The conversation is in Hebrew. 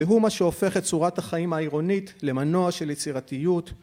והוא מה שהופך את צורת החיים העירונית למנוע של יצירתיות